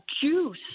juice